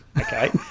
okay